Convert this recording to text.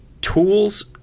tools